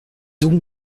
donc